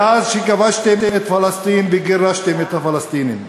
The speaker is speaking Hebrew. מאז כבשתם את פלסטין וגירשתם את הפלסטינים.